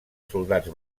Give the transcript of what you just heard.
soldats